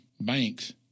banks